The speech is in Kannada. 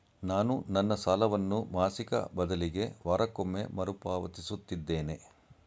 ನಾನು ನನ್ನ ಸಾಲವನ್ನು ಮಾಸಿಕ ಬದಲಿಗೆ ವಾರಕ್ಕೊಮ್ಮೆ ಮರುಪಾವತಿಸುತ್ತಿದ್ದೇನೆ